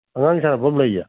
ꯑꯉꯥꯡꯒꯤ ꯁꯥꯟꯅꯐꯝ ꯂꯩꯌꯦ